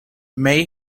may